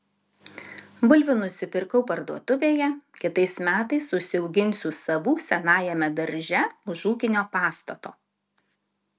bulvių nusipirkau parduotuvėje kitais metais užsiauginsiu savų senajame darže už ūkinio pastato